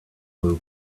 will